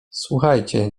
słuchajcie